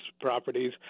properties